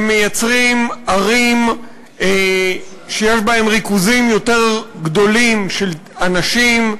הם מייצרים ערים שיש בהן ריכוזים יותר גדולים של אנשים,